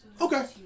Okay